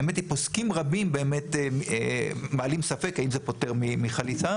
האמת היא פוסקים רבים באמת מעלים ספק האם זה פוטר מחליצה.